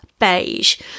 beige